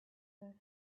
her